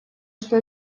что